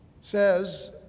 says